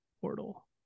portal